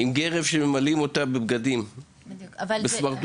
עם גרב שמילאנו בבגדים ובסמרטוטים.